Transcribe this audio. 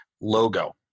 logo